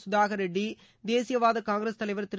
சுதாகர் ரெட்டி தேசியவாத காங்கிரஸ் தலைவர் திரு